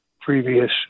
previous